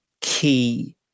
key